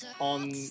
on